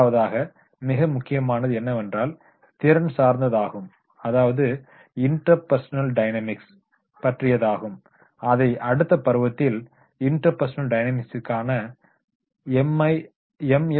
இரண்டாவதாக மிக முக்கியமானது என்னவென்றால் திறன் சார்ந்ததாகும் அதாவது இன்டர்பேர்சனல் டைனமிக்ஸ் பற்றியதாகும் அதை அடுத்த பருவத்தில் இன்டர்பேர்சனல் டைனமிக்ஸ்கான எம்